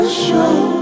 show